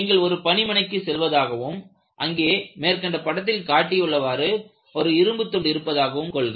நீங்கள் ஒரு பணிமனைக்கு செல்வதாகவும் அங்கே மேற்கண்ட படத்தில் காட்டியுள்ளவாறு ஒரு இரும்புத் துண்டு இருப்பதாகவும் கொள்க